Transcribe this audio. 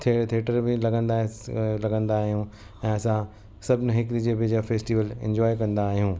थि थिएटर बि लॻंदासि लॻंदा आहियूं ऐं असां सभु हिकु ॿिए जा फेस्टिवल इंजॉय कंदा आहियूं